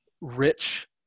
rich